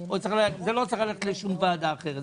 זה לא צריך ללכת לשום ועדה אחרת.